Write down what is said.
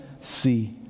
see